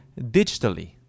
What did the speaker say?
digitally